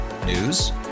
News